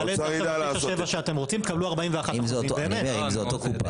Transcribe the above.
תעלה את --- תקבלו 41%. אם זו אותה קופה,